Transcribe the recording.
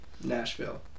Nashville